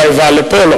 אולי עברה לפה?